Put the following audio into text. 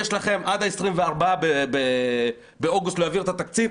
יש לכם עד 24 באוגוסט להעביר את התקציב,